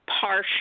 partial